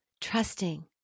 trusting